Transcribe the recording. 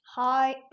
Hi